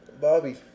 Bobby